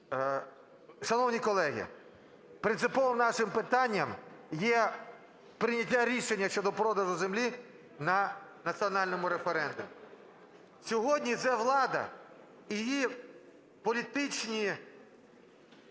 Шановні колеги, принциповим нашим питанням є прийняття рішення щодо продажу землі на національному референдумі. Сьогодні ця влада і її політичні